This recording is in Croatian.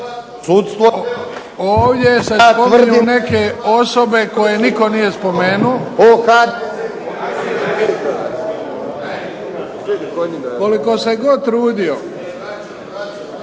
Ovdje se tvrde neke osobe koje nitko nije spomenuo. Koliko se god trudio